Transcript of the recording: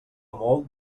molt